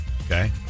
Okay